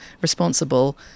responsible